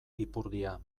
ipurdia